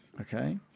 Okay